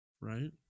Right